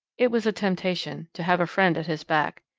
it was a temptation to have a friend at his back.